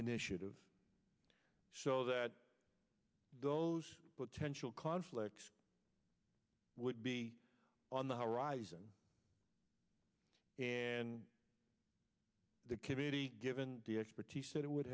initiative so that those potential conflicts would be on the horizon and the committee given the expertise that it would